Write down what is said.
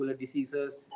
diseases